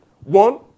One